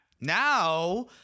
Now